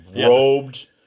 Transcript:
robed